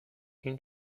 این